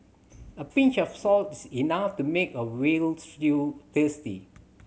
a pinch of salt is enough to make a veal stew tasty